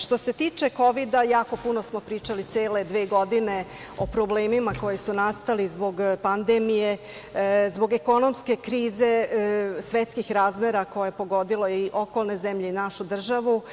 Što se tiče Kovida, puno smo pričali, cele dve godine o problemima koji su nastali zbog pandemije, zbog ekonomske krize svetskih razmera koja je pogodila i okolne zemlje i našu državu.